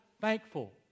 thankful